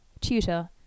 tutor